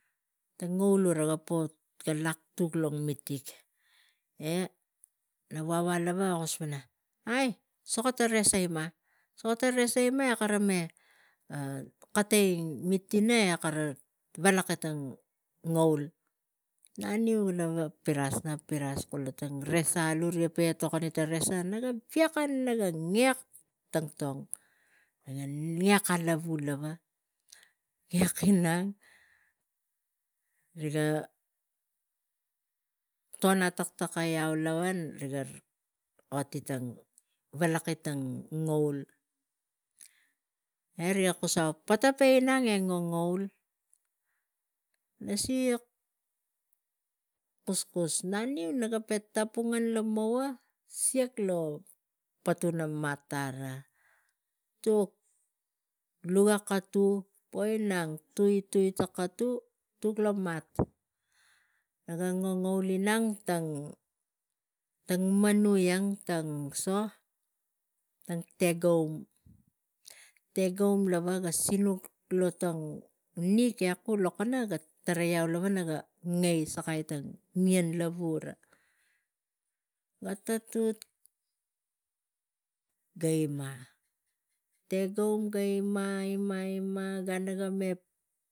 Tang ngaul gura ga po tuk lo mitig na vava lava ga kus, ai suka tang resa ima- suka tang resa ima e kara katei ine e kara valaki tang ngoul. naniu naga nak piras ina resa alu rik etok gi tang resa. Naga viken tatog alavu lava ngek inang riga ton atatek i kak tang mitig e rega oti tang, ngoul valaki tang ngoul. Me riga kusau pana pata inang e ngongaul, nasi gi kuskus naniu ara naga pe tamug ngen lomoua kiak lo patuna mat tara tuk loga katu po inang tuk tui tang katu tuk lo mat. Naga ngongoul inang e tang manui tang so ta tegaum, tegaum lava ga tuk kula nik lokono ega tarai iau lava ngei sakai tang ien lava ura ga tatut ga ima, tegaum ga ima, ima, ima gan naga me